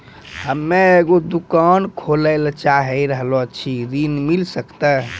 हम्मे एगो दुकान खोले ला चाही रहल छी ऋण मिल सकत?